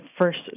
first